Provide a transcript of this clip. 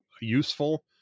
useful